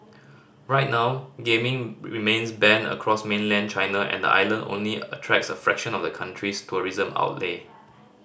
right now gaming remains banned across mainland China and the island only attracts a fraction of the country's tourism outlay